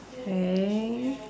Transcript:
okay